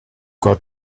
got